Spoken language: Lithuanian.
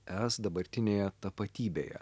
es dabartinėje tapatybėje